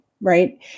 right